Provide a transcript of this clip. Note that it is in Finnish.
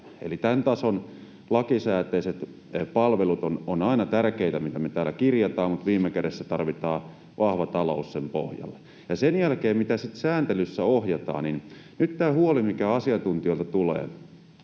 eli tämän tason lakisääteiset palvelut ovat aina tärkeitä, mitä me täällä kirjataan, mutta viime kädessä tarvitaan vahva talous sen pohjalle, ja sen jälkeen tulee se, miten sitten sääntelyssä ohjataan. Nyt on tämä huoli, mikä asiantuntijoilta tulee,